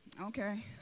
Okay